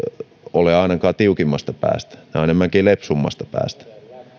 ole ainakaan tiukimmasta päästä ne ovat enemmänkin lepsummasta päästä